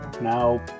now